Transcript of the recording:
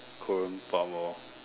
Korean power